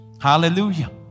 Hallelujah